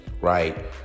right